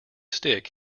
stick